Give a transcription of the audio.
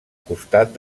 costat